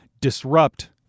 disrupt